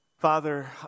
Father